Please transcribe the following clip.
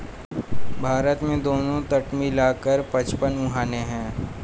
भारत में दोनों तट मिला कर पचपन मुहाने हैं